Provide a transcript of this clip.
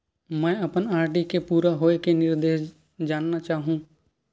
मैं अपन आर.डी के पूरा होये के निर्देश जानना चाहहु